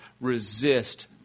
resist